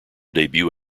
debut